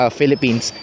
Philippines